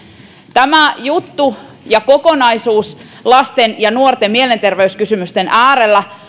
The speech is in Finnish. tämä juttu ja kokonaisuus lasten ja nuorten mielenterveyskysymysten äärellä